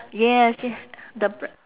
yes y~ the bread